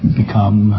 become